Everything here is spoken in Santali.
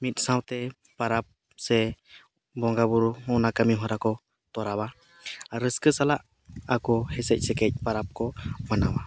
ᱢᱤᱫ ᱥᱟᱶᱛᱮ ᱯᱚᱨᱚᱵᱽ ᱥᱮ ᱵᱚᱸᱜᱟᱼᱵᱩᱨᱩ ᱚᱱᱟ ᱠᱟᱹᱢᱤᱦᱚᱨᱟ ᱠᱚ ᱛᱚᱨᱟᱣᱟ ᱟᱨ ᱨᱟᱹᱥᱠᱟᱹ ᱥᱟᱞᱟᱜ ᱟᱠᱚ ᱦᱮᱥᱮᱡᱼᱥᱮᱠᱮᱡ ᱯᱚᱨᱚᱵᱽ ᱠᱚ ᱢᱟᱱᱟᱣᱟ